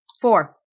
Four